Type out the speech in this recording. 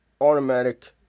automatic